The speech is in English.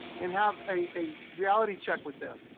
and have a reality check with them.